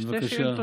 בבקשה.